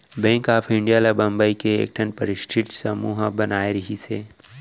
bank of India ल बंबई के एकठन परस्ठित समूह ह बनाए रिहिस हे